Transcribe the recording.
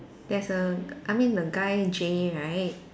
there's a I mean the guy J right